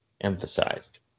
emphasized